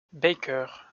baker